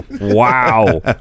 Wow